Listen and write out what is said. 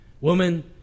Woman